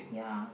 yeah